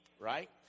right